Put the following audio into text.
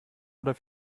oder